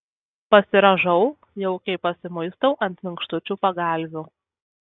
pasirąžau jaukiai pasimuistau ant minkštučių pagalvių